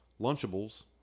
Lunchables